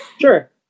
Sure